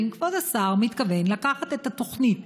האם כבוד השר מתכוון לקחת את התוכנית,